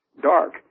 dark